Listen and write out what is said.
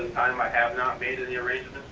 um i have not made any arrangements.